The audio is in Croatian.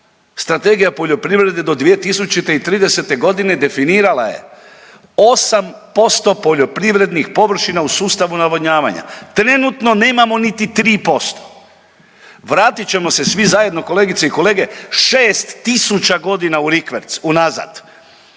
Strategija poljoprivrede do 2030.g. definirala je 8% poljoprivrednih površina u sustavu navodnjavanja. Trenutno nemamo niti 3%. vratit ćemo se svi zajedno kolegice i kolege 6.000 godina u rikverc unazad